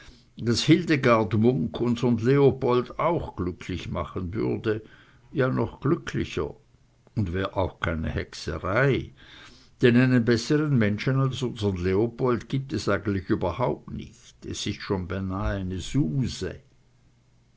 daß hildegard munk unsren leopold auch glücklich machen würde ja noch glücklicher und wär auch keine hexerei denn einen besseren menschen als unsren leopold gibt es eigentlich überhaupt nicht er ist schon beinah eine suse